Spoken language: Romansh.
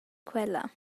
quella